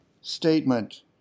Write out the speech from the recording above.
Statement